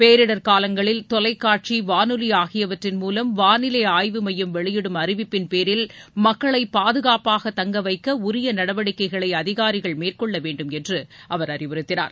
பேரிடர் காலங்களில் தொலைக்காட்சி வானொலி ஆகியவற்றின் மூலம் வாளிலை ஆய்வு மையம் வெளியிடும் அறிவிப்பின்பேரில் மக்களை பாதுகாப்பாக தங்கவைக்க உரிய நடவடிக்கைகளை அதிகாரிகள் மேற்கொள்ளவேண்டும் என்று அறிவுறுத்தினார்